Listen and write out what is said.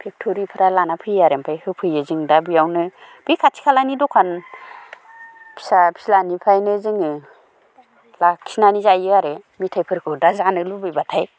फेक्ट'रिफोरा लाना फैयो आरो ओमफ्राय होफैयो जों दा बेयावनो बे खाथि खालानि दखान फिसा फिसानिफ्रायनो जोङो लाखिनानै जायो आरो मिथायफोरखौ दा जानो लुबैबाथाय